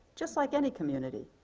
just like any community.